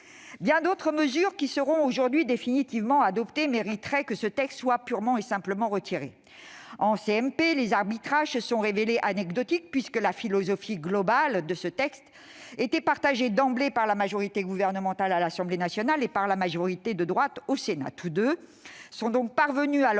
bien d'autres mesures qui seront aujourd'hui définitivement adoptées mériteraient que ce texte soit purement et simplement retiré. En commission mixte paritaire, les arbitrages se sont révélés anecdotiques, puisque la philosophie globale de ce texte était partagée d'emblée par la majorité gouvernementale à l'Assemblée nationale et par la majorité de droite au Sénat.